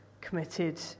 committed